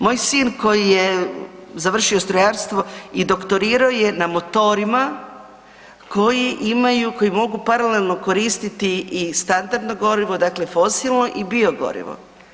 Moj sin koji je završio strojarstvo i doktorirao je na motorima koji imaju, koji mogu paralelno koristiti i standardno gorivo dakle fosilno i biogorivo.